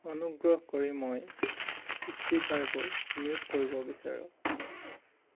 অনুগ্ৰহ কৰি মই স্পীকাৰবোৰ মিউট কৰিব বিচাৰোঁ